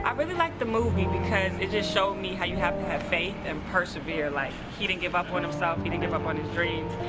um really like the movie because it just show me how you have to faith and persevere. like, he didn't give up on himself he didn't give up on his dreams.